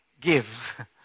give